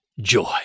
joy